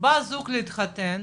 בא זוג להתחתן,